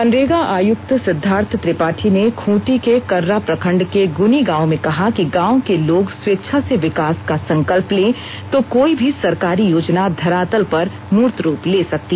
मनरेगा आयुक्त सिद्धार्थ त्रिपाठी ने खूंटी के कर्रा प्रखंड के गुनी गांव में कहा कि गांव के लोग स्वेच्छा से विकास का संकल्प लें तो कोई भी सरकारी योजना धरातल पर मूर्त रूप ले सकती